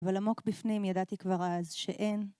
אבל עמוק בפנים ידעתי כבר אז שאין.